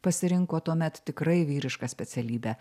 pasirinko tuomet tikrai vyrišką specialybę